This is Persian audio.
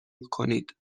کنید